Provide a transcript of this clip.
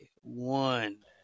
One